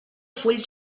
full